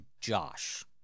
Josh